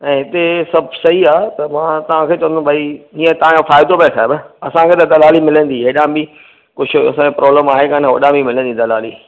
ऐं हिते सभु सही आहे त मां तव्हांखे चवंदुमि भई हीअं तव्हांजो फ़ाइदो पियो अथव असांखे त दलाली मिलंदी हेॾा बि कुझु असांखे प्रोब्लम आई काने होॾा बि मिलंदी दलाली